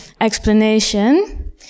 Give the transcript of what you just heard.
explanation